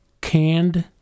canned